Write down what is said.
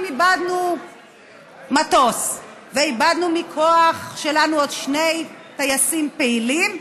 אם איבדנו מטוס ואיבדנו מכוח שלנו עוד שני טייסים פעילים,